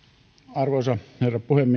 arvoisa herra puhemies